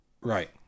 right